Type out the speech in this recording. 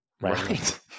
Right